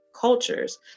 cultures